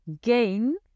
gain